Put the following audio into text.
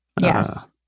Yes